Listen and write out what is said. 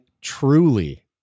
truly